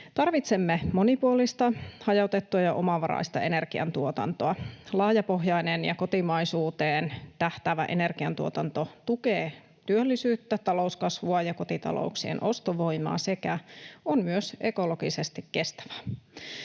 Tarvitsemme monipuolista, hajautettua ja omavaraista energiantuotantoa. Laajapohjainen ja kotimaisuuteen tähtäävä energiantuotanto tukee työllisyyttä, talouskasvua ja kotitalouksien ostovoimaa sekä on myös ekologisesti kestävää.